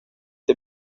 det